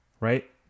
right